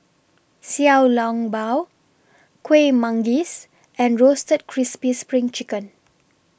Xiao Long Bao Kueh Manggis and Roasted Crispy SPRING Chicken